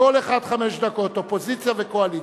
אופוזיציה וקואליציה.